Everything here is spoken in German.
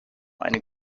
eine